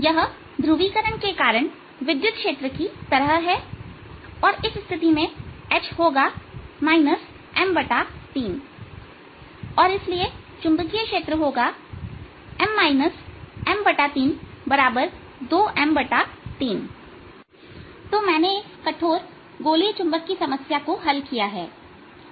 यह ध्रुवीकरण के कारण विद्युत क्षेत्र की तरह है और इस स्थिति में H होगा M3 और इसलिए चुंबकीय क्षेत्र होगा M M32M3 तो मैंने इस कठोर गोलीय चुंबक की समस्या को हल किया है